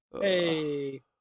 Hey